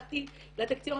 הלכתי לתקציב,